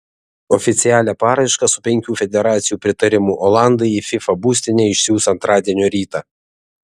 oficialią paraišką su penkių federacijų pritarimu olandai į fifa būstinę išsiųs antradienio rytą